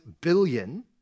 billion